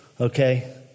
Okay